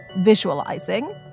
visualizing